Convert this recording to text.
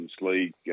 League